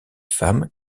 femmes